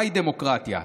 מהי דמוקרטיה?